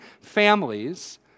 families